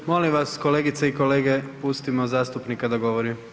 Molim vas kolegice i kolege pustimo zastupnika da govori.